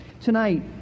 tonight